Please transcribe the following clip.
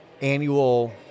annual